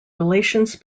relations